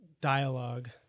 dialogue